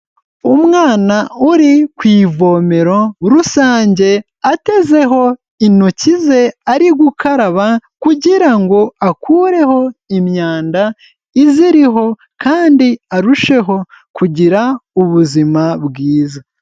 Umwana uri ku ivomero rusange atezeho intoki ze ari gukaraba kugirango akureho imyanda iziriho kandi arusheho kugira ubuzima bwiza.